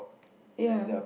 and they're